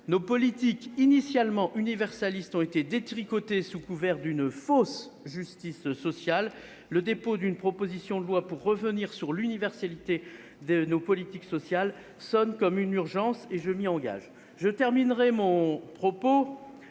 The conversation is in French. Nos politiques, initialement universalistes, ont été détricotées sous couvert d'une fausse justice sociale. Une proposition de loi pour revenir sur l'universalité de nos politiques sociales sonne donc comme une urgence- je m'engage à la déposer.